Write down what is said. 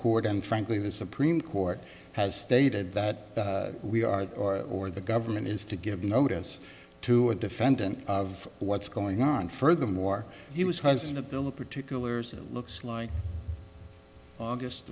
court and frankly the supreme court has stated that we are or or the government is to give notice to a defendant of what's going on furthermore he was hunting a bill of particulars it looks like august